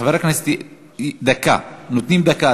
חבר הכנסת, נותנים דקה.